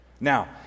Now